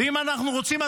והאם אנחנו רוצים?